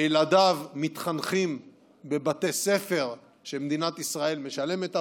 שילדיו מתחנכים בבתי ספר שמדינת ישראל משלמת עבורם,